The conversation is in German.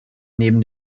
neben